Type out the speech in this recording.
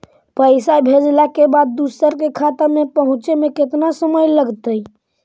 पैसा भेजला के बाद दुसर के खाता में पहुँचे में केतना समय लगतइ?